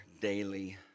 daily